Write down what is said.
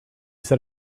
said